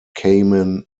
cayman